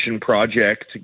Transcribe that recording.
project